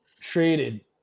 traded